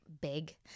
big